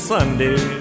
Sunday